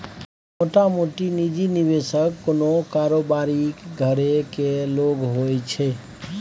मोटामोटी निजी निबेशक कोनो कारोबारीक घरे केर लोक होइ छै